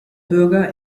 bürger